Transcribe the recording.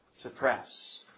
suppress